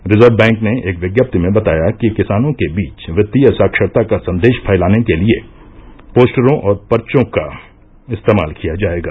reserve bank ने एक विज्ञप्ति में बताया कि किसानों के बीच वित्तीय साक्षरता का संदेश फैलाने के लिए पोस्टरों और पर्चो का इस्तेमाल किया जाएगा